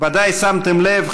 ודאי שמתם לב,